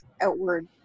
outward